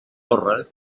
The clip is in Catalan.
torre